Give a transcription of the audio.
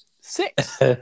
Six